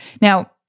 Now